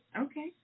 Okay